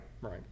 right